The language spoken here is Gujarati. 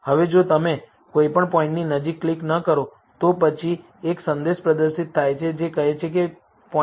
હવે જો તમે કોઈપણ પોઇન્ટની નજીક ક્લિક ન કરો તો પછી એક સંદેશ પ્રદર્શિત થાય છે જે કહે છે કે 0